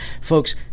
folks